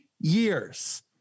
years